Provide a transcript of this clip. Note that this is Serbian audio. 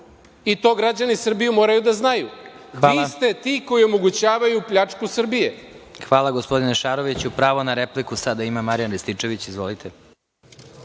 i to građani Srbije moraju da znaju. Vi ste ti koji omogućavaju pljačku Srbije. **Vladimir Marinković** Hvala, gospodine Šaroviću. Pravo na repliku sada ima Marijan Rističević. Izvolite.